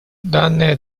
данная